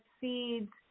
seeds